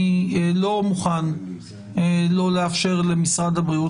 אני לא מוכן לא לאפשר למשרד הבריאות,